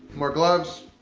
more gloves.